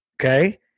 Okay